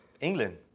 England